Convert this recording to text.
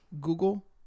Google